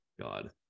god